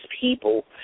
people